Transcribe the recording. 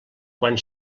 quan